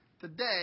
today